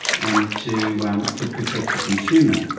and to um to protect the consumer.